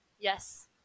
yes